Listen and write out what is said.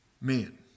men